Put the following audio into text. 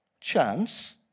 chance